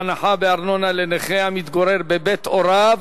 הנחה בארנונה לנכה המתגורר בבית הוריו),